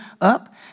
up